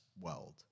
world